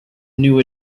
new